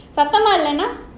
சத்தமா இல்லனா:suthamaa illanaa